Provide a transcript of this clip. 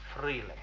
freely